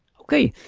okay,